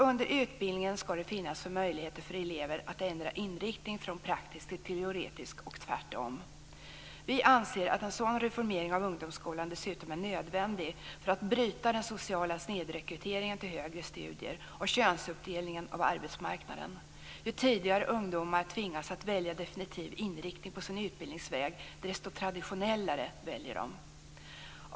Under utbildningen skall det finnas möjligheter för elever att ändra inriktning från praktisk till teoretisk inriktning och tvärtom. Vi anser att en sådan reformering av ungdomsskolan dessutom är nödvändig för att bryta den sociala snedrekryteringen till högre studier och könsuppdelningen av arbetsmarknaden. Ju tidigare ungdomar tvingas att välja definitiv inriktning på sin utbildningsväg, desto traditionellare väljer de.